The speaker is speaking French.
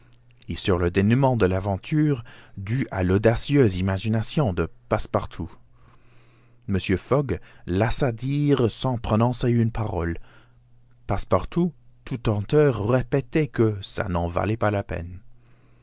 et sur le dénouement de l'aventure dû à l'audacieuse imagination de passepartout mr fogg laissa dire sans prononcer une parole passepartout tout honteux répétait que ça n'en valait pas la peine